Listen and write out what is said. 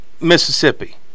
Mississippi